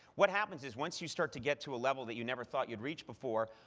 what happens is, once you start to get to a level that you never thought you'd reach before,